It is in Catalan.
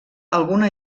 alguna